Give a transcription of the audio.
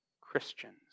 Christians